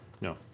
no